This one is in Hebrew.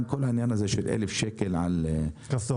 גם העניין הזה של 1,000 שקלים על קסדות,